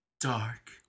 Dark